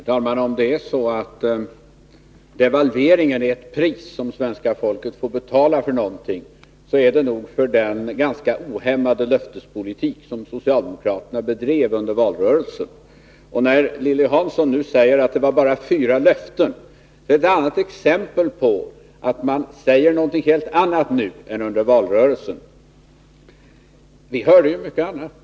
Herr talman! Om det är så att devalveringen är ett pris som svenska folket får betala för någonting, så är det nog för den ganska ohämmade löftespolitik som socialdemokraterna bedrev under valrörelsen. När Lilly Hansson nu säger att det bara var fyra löften man gav är det ännu ett exempel på att man nu säger någonting helt annat än under valrörelsen. Vi hörde mycket annat.